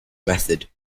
method